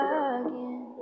again